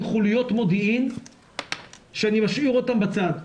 חוליות מודיעין שאני משאיר אותן בצד.